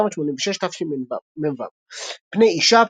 1986 תשמ"ו פני אישה,